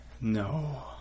No